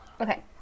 Okay